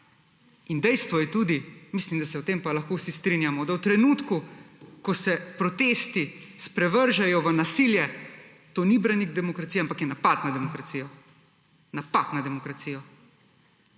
In dejstvo je tudi, mislim, da se o tem pa lahko vsi strinjamo, da v trenutku, ko se protesti sprevržejo v nasilje, to ni branik demokracije, ampak je napad na demokracijo. Napad na demokracijo.